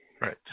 Right